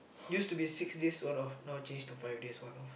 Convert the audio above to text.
used to be six days one off now change to five days one off